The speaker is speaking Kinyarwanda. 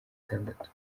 itandatu